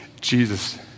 Jesus